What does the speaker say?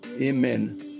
Amen